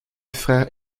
frère